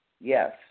Yes